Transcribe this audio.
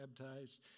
baptized